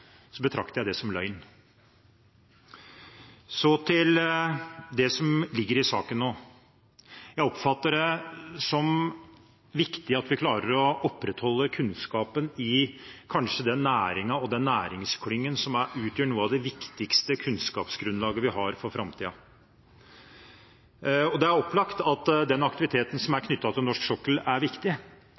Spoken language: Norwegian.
betrakter jeg det som løgn. Så til det som ligger i saken nå. Jeg oppfatter det som viktig at vi klarer å opprettholde kunnskapen i den næringen og den næringsklyngen som kanskje utgjør noe av det viktigste kunnskapsgrunnlaget vi har for framtiden. Det er opplagt at den aktiviteten som er knyttet til norsk sokkel, er viktig,